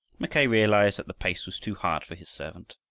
mackay realized that the pace was too hard for his servant,